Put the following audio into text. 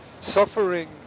suffering